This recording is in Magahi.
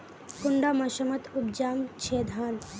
कुंडा मोसमोत उपजाम छै धान?